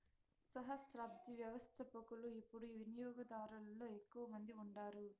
సహస్రాబ్ది వ్యవస్థపకులు యిపుడు వినియోగదారులలో ఎక్కువ మంది ఉండారు